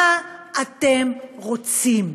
מה אתם רוצים?